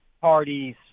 parties